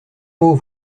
mot